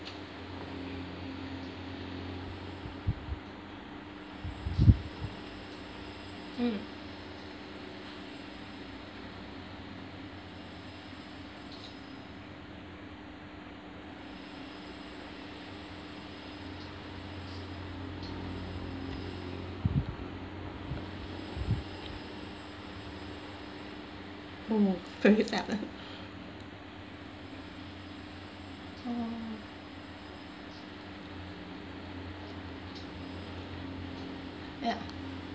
mm oh very seldom orh ya